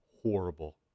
horrible